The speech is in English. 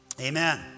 Amen